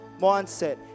mindset